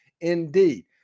indeed